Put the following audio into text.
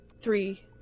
Three